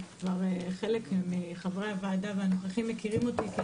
חלק מחברי הוועדה והנוכחים מכירים אותי כי